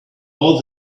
all